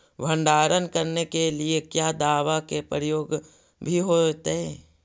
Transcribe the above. भंडारन करने के लिय क्या दाबा के प्रयोग भी होयतय?